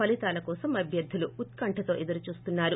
ఫలితాల కోసం అభ్యర్గులు ఉత్కంఠతో ఎదురుచూస్తున్నారు